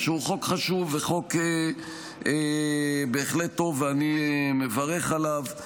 שהוא חוק חשוב וחוק בהחלט טוב ואני מברך עליו.